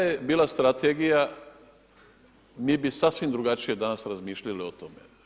Da je bila strategija, mi bi sasvim drugačije, danas razmišljali o tome.